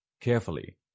Carefully